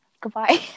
goodbye